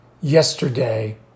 Yesterday